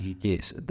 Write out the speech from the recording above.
yes